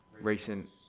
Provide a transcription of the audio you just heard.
recent